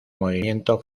movimiento